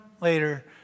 later